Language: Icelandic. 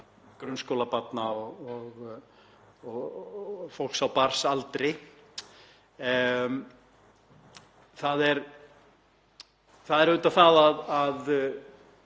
grunnskólabarna og fólks á barnsaldri. Það er auðvitað það að